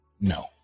no